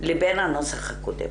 לבין הנוסח הקודם.